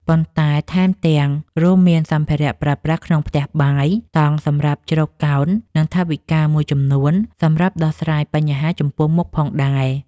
ប៉ុន្តែថែមទាំងរួមមានសម្ភារៈប្រើប្រាស់ក្នុងផ្ទះបាយ តង់សម្រាប់ជ្រកកោន និងថវិកាមួយចំនួនសម្រាប់ដោះស្រាយបញ្ហាចំពោះមុខផងដែរ។